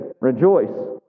Rejoice